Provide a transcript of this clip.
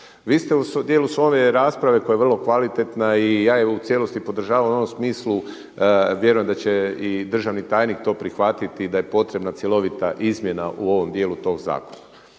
Vi ste u dijelu svoje rasprave koja je vrlo kvalitetna i ja je u cijelosti podržavam u onom smislu vjerujem da će i državni tajnik to prihvatiti i da je potrebna cjelovita izmjena u ovom dijelu tog zakona.